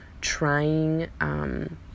trying –